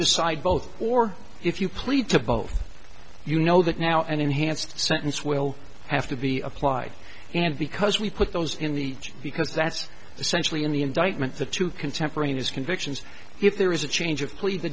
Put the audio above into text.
decide both or if you plead to both you know that now an enhanced sentence will have to be applied and because we put those in the church because that's essentially in the indictment the two contemporaneous convictions if there is a change of plea the